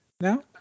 now